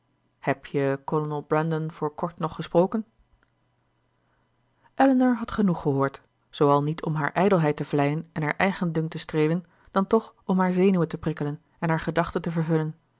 heb je kolonel brandon voor kort nog gesproken elinor had genoeg gehoord zooal niet om haar ijdelheid te vleien en haar eigendunk te streelen dan toch om haar zenuwen te prikkelen en haar gedachten te vervullen